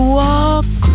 walk